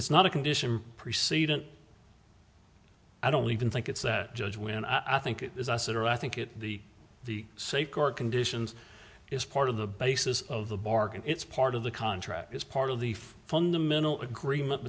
it's not a condition preceding i don't even think it's that judge when i think it is us it or i think it the the say court conditions is part of the basis of the bargain it's part of the contract as part of the fundamental agreement